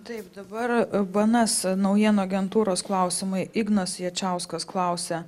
taip dabar bns naujienų agentūros klausimai ignas jačiauskas klausia